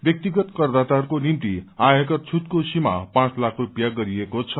व्यक्तिगत करदाताहरूको निम्ति आयकर छूटको सीमा पाँच लाख रुपियाँ गरिएको छ